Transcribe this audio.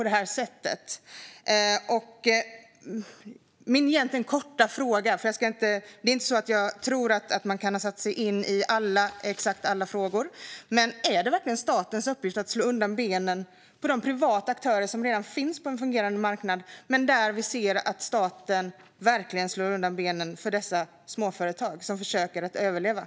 Det är inte så att jag tror att ledamoten kan ha satt sig in i exakt alla frågor, men är det verkligen statens uppgift att slå undan benen på de privata aktörer som försöker att överleva på en fungerande marknad?